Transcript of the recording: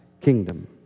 kingdom